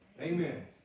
Amen